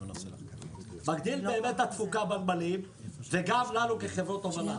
מגדיל את התפוקה בנמלים וגם לנו כחברות הובלה.